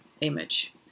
image